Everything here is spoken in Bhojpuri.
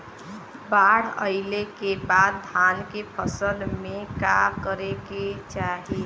बाढ़ आइले के बाद धान के फसल में का करे के चाही?